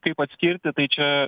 kaip atskirti tai čia